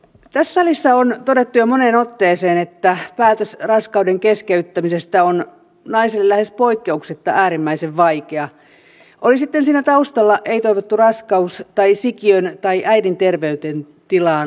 tässä salissa on todettu jo moneen otteeseen että päätös raskauden keskeyttämisestä on naisille lähes poikkeuksetta äärimmäisen vaikea oli siinä taustalla sitten ei toivottu raskaus tai sikiön tai äidin terveydentilaan liittyvä päätös